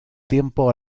tiempo